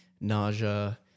nausea